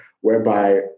whereby